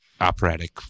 Operatic